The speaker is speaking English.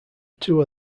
two